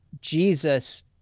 Jesus